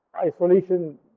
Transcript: isolation